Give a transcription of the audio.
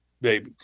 baby